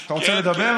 אתה רוצה לדבר?